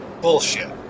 bullshit